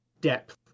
depth